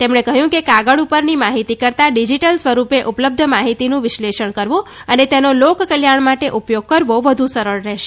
તેમણે કહ્યું કે કાગળ ઉપરની માહિતી કરતા ડિજીટલ સ્વરૂપે ઉપલબ્ધ માહિતીનું વિશ્લેષણ કરવું અને તેનો લોકકલ્યાણ માટે ઉપયોગ કરવો વધુ સરળ રહેશે